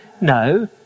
No